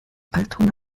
altona